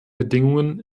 bedingungen